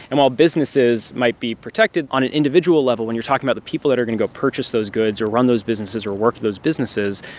and while businesses might be protected, on an individual level when, you're talking about the people that are going to go purchase those goods or run those businesses or work those businesses,